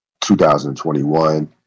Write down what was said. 2021